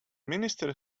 minister